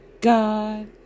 God